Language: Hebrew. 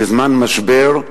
בזמן משבר,